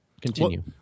Continue